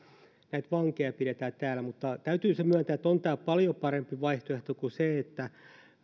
näitä vankeja pidetään täällä mutta täytyy se myöntää että on tämä paljon parempi vaihtoehto kuin se että